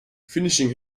finishing